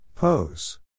Pose